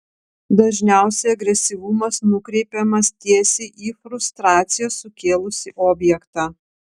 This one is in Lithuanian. dažniausiai agresyvumas nukreipiamas tiesiai į frustraciją sukėlusį objektą